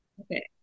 Okay